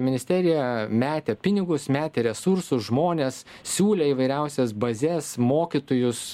ministerija metė pinigus metė resursus žmones siūlė įvairiausias bazes mokytojus